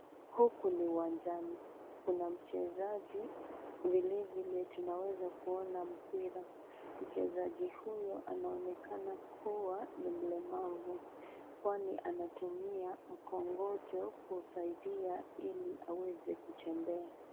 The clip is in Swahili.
Huku ni uwanjani kuna mchezaji, vili tunaweza kuona mpira mchezaji huyu anaonekana kuwa ni mlemavu, kwani anatumia kongojo kusaidia ili aweze kutembea.